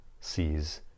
sees